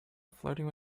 flirting